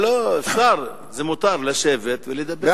מותר לשבת ולדבר.